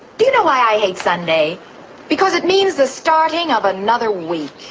do you know why i hate sunday because it means the starting of another week.